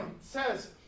says